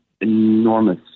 enormous